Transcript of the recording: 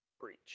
Breach